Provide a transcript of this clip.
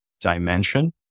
dimension